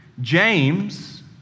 James